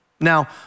Now